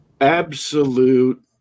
absolute –